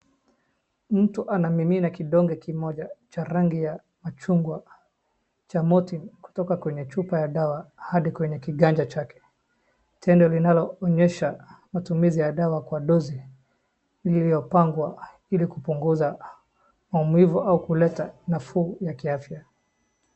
Mtu anamimina kidonge kimoja cha rangi ya machungwa cha Motrin kutoka kwenye chupa ya dawa hadi kwenye kiganja chake. Tendo linaloonyesha matumizi ya dawa kwa dosi iliopangwa ili kupunguza maumivu au kuleta nafuu ya kiafya.